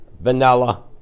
vanilla